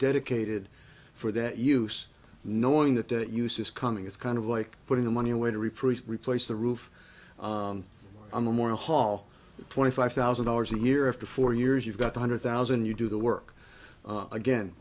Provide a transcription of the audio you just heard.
dedicated for that use knowing that that use is coming it's kind of like putting the money away to reprise replace the roof a memorial hall twenty five thousand dollars a year after four years you've got two hundred thousand you do the work again